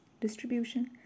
distribution